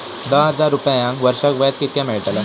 दहा हजार रुपयांक वर्षाक व्याज कितक्या मेलताला?